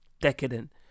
decadent